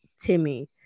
Timmy